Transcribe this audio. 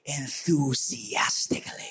enthusiastically